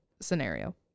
scenario